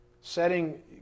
setting